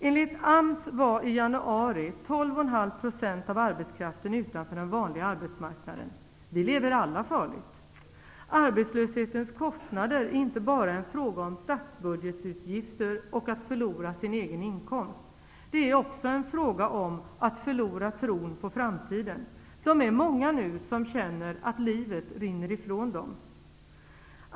Enligt AMS var i januari 12,5 % av arbetskraften utanför den vanliga arbetsmarknaden. Vi lever alla farligt. Arbetslöshetens kostnader är inte bara en fråga om statsbudgetutgifter och att förlora sin egen inkomst. Det är också en fråga om att förlora tron på framtiden. De är många nu som känner att livet rinner ifrån dem.